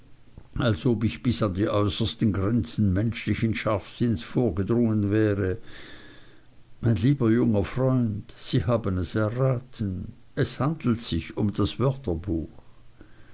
ob ich bis an die äußersten grenzen menschlichen scharfsinns vorgedrungen wäre mein lieber junger freund sie haben es erraten es handelt sich um das wörterbuch